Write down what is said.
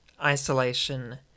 isolation